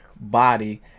body